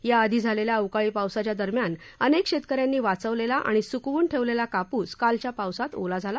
याआधी झालेल्या अवकाळी पावसाच्या दरम्यान अनेक शेतकऱ्यांनी वाचवलेला आणि सुकवून ठेवलेला कापूस कालच्या पावसात ओला झाला